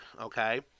Okay